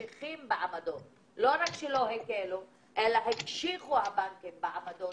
לא רק שלא הקלו - הקשיחו את התנאים.